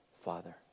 Father